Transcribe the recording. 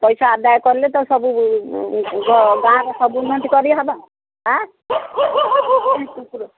ପଇସା ଆଦାୟ କଲେ ତ ସବୁ ଗାଁର ସବୁ ଉନ୍ନତି କରିହବ ଆଁ